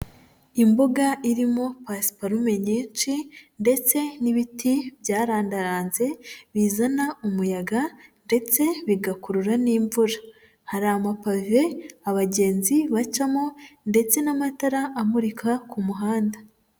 Imbuga irimo pasiparume nyinshi ndetse n'ibiti byarandaranze bizana umuyaga ndetse bigakurura n'imvura. Hari amapave abagenzi bacamo ndetse n'amatara amurika ku muhanda.